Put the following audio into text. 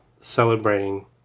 celebrating